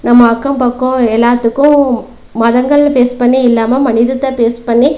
நம்ம அக்கம் பக்கம் எல்லாத்துக்கும் மதங்களில் ஃபேஸ் பண்ணி இல்லாமல் மனிதத்தை பேஸ் பண்ணி